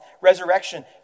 resurrection